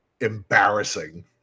embarrassing